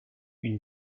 une